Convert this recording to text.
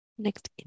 Next